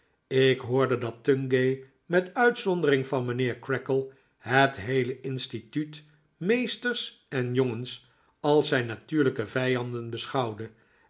ik hoorde dat tungay met uitzondering van mijnheer creakle het heele instituut meesters en jongens als zijn natuurlijke vijanden